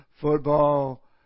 Football